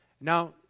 Now